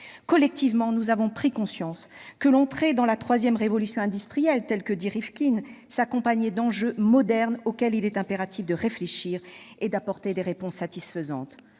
Collectivement, nous avons pris conscience que l'entrée dans la « troisième révolution industrielle », selon l'expression de Jeremy Rifkin, s'accompagnait d'enjeux modernes auxquels il est impératif de réfléchir et d'apporter des réponses satisfaisantes.